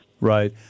Right